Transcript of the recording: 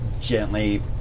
gently